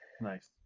nice